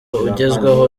ugezweho